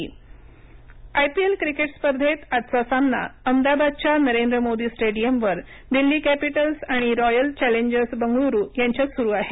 I P L I P L cricket स्पर्धेत आजचा सामना अहमदाबादच्या नरेंद्र मोदी स्टेडियमवर दिल्ली कॅपिटल्स आणि रॉयल चॅलेंजर्स बंगळुरू यांच्यात सुरू आहे